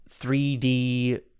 3D